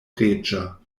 reĝa